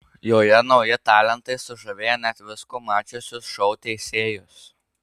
joje nauji talentai sužavėję net visko mačiusius šou teisėjus